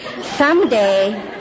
someday